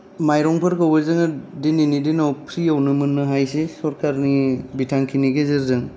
माइरंफोरखौबो जोङो दिनैनि दिनाव फ्रियावनो मोननो हायोसै सरखारनि बिथांखिनि गेजेरजों